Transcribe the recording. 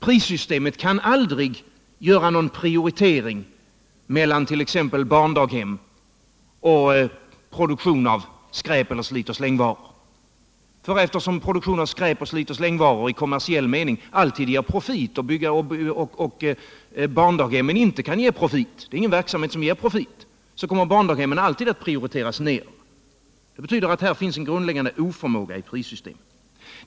Prissystemet kan aldrig göra någon prioritering mellan t.ex. barndaghem och produktion av skräp eller stit-och-sking-varor. Eftersom produktion av skräp och slit-och-släng-varor i kommersieH mening alltid ger profit och barndaghemmen inte ger profit — det är ingen verksamhet som ger profit — kommer barndaghemmen alltid att prioriteras ned. Här finns en grundläggande oförmåga i prissystemet.